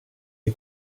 les